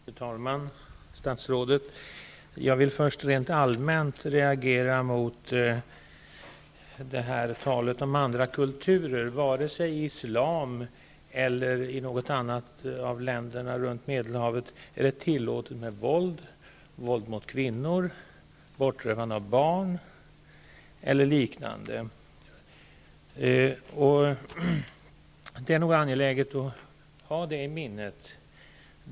Fru talman! Statsrådet! Jag vill först rent allmänt reagera mot talet om andra kulturer. Varken i de islamiska länderna eller i något annat av länderna runt Medelhavet är det tillåtet med våld mot kvinnor, bortrövande av barn eller liknande. Det är nog angeläget att ha det i minnet.